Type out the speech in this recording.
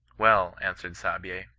well, answered saabye,